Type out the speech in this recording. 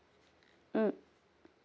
mm